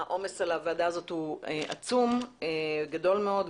העומס על הוועדה שלנו גדול מאוד,